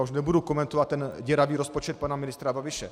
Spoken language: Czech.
A už nebudu komentovat ten děravý rozpočet pana ministra Babiše.